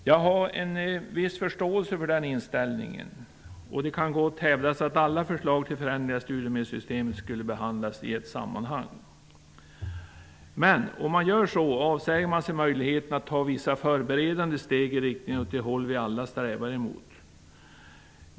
Jag har en viss förståelse för deras inställning. Det kan gott hävdas att alla förslag till förändringar i studiemedelssystemet skall behandlas i ett sammanhang. Men på det sättet avsäger man sig möjligheten att ta vissa förberedande steg i riktning mot det håll som vi alla strävar.